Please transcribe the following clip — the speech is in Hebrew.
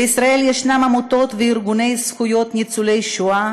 בישראל יש עמותות וארגוני זכויות לניצולי שואה